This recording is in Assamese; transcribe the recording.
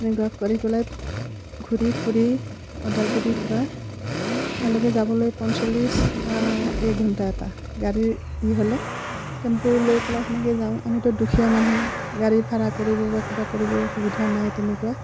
এনেকুৱা কৰি পেলাই ঘূৰি ফুৰি ওদালগুৰিৰপৰা তালৈকে যাবলৈ পঞ্চল্লিছ বা এক ঘণ্টা এটা গাড়ী হ'লে টেম্পু লৈ পেলাই সেনেকৈ যাওঁ আমিতো দুখীয়া মানুহ গাড়ী ভাড়া কৰিব বা কিবা কৰিবও সুবিধা নাই তেনেকুৱা